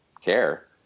care